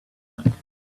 tonight